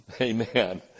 Amen